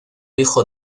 hijo